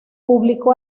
publicó